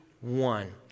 one